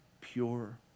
pure